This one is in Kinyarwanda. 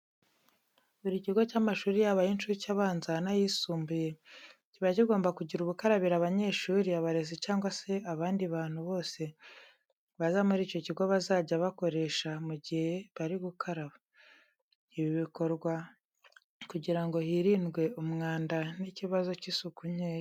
Buri kigo cy'amashuri yaba ay'incuke, abanza n'ayisumbuye kiba kigomba kugira ubukarabiro abanyeshuri, abarezi cyangwa se abandi bantu bose baza muri icyo kigo bazajya bakoresha mu gihe bari gukaraba. Ibi bikorwa kugira ngo hirindwe umwanda n'ikibazo cy'isuku nkeya.